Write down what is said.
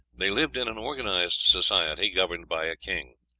they lived in an organized society, governed by a king.